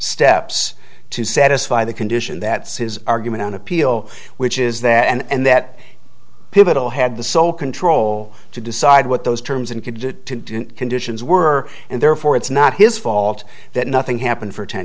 steps to satisfy the condition that says argument on appeal which is that and that pivotal had the sole control to decide what those terms and could conditions were and therefore it's not his fault that nothing happened for ten